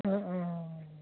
ओह अह